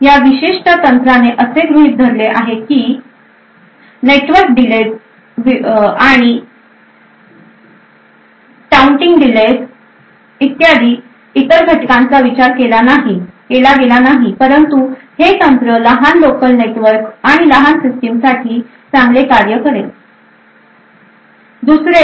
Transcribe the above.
या विशिष्ट तंत्राने असे गृहीत धरले आहे की नेटवर्क डिलेज आणि टाउटिंग डिलेज इत्यादी इतर घटकांचा विचार केला गेला नाही परंतु हे तंत्र लहान लोकल नेटवर्क आणि लहान सिस्टीम यासाठी चांगले कार्य करेल